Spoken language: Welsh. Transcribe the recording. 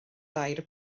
dair